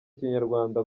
kinyarwanda